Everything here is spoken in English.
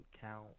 count